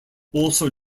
also